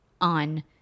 on